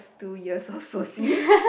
two years old soci